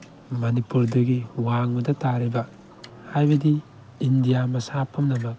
ꯃꯅꯤꯄꯨꯔꯗꯨꯒꯤ ꯋꯥꯡꯃꯗ ꯇꯥꯔꯤꯕ ꯍꯥꯏꯕꯗꯤ ꯏꯟꯗꯤꯌꯥ ꯃꯁꯥ ꯄꯨꯝꯅꯃꯛ